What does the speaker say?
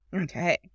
Okay